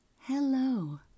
Hello